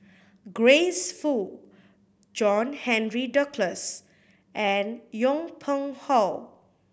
Grace Fu John Henry Duclos and Yong Pung How